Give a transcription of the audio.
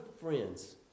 friends